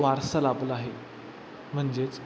वारसा लाभला आहे म्हणजेच